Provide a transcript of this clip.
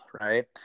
Right